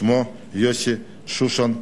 שמו יוסי שושן,